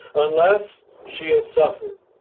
unless she has suffered.